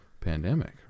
pandemic